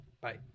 Bye